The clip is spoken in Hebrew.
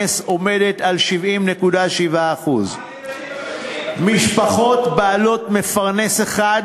עומדת על 70.7% משפחות בעלות מפרנס אחד,